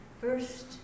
first